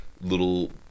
little